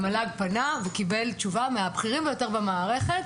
אז המל"ג פנה וקיבל תשובה מהבכירים ביותר במערכת